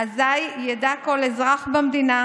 אזי ידע כל אזרח במדינה